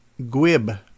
Gwib